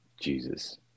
Jesus